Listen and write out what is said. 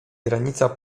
granica